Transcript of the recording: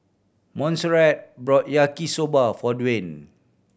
Monserrat bought Yaki Soba for Dawne